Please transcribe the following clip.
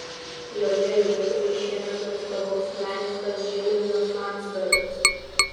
joje lietuvai šiemet atstovaus menininkas žilvinas landzbergas